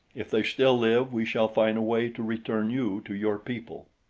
if they still live we shall find a way to return you to your people.